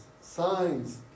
signs